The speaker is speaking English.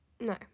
No